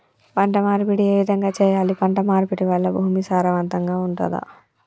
పంట మార్పిడి ఏ విధంగా చెయ్యాలి? పంట మార్పిడి వల్ల భూమి సారవంతంగా ఉంటదా?